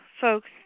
folks